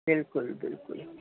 बिल्कुलु बिल्कुलु